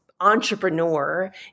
entrepreneur